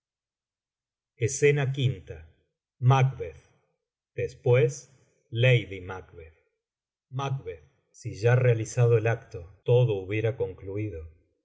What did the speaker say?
escena v macbeth después lady magbeth macb si ya realizado el acto todo hubiera concluido